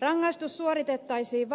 rangaistus suoritettaisiin